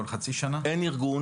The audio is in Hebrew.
אין ארגון